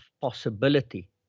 possibility